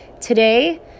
today